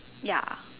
ya